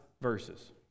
verses